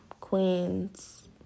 Queens